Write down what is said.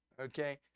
okay